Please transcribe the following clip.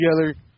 together